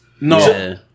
No